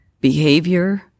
behavior